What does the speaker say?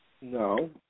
No